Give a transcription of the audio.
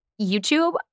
youtube